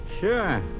Sure